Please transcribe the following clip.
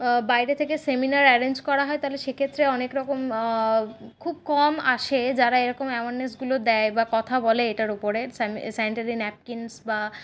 বাইরে থেকে seminar arrange করা হয় তাহলে সেক্ষেত্রে অনেক রকম খুব কম আসে যারা এরকম অ্যাওয়ারনেসগুলো দেয় বা কথা বলে এটার উপরে স্যানিটারি ন্যাপকিনস বা